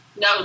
no